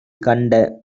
கண்ட